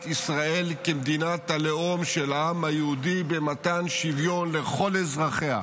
ישראל כמדינת הלאום של העם היהודי במתן שוויון לכל אזרחיה.